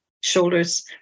shoulders